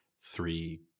three